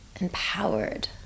empowered